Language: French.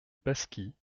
pasquis